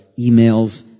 emails